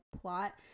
plot